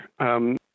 Sure